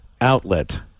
outlet